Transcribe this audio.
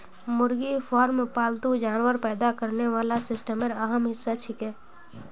मुर्गी फार्म पालतू जानवर पैदा करने वाला सिस्टमेर अहम हिस्सा छिके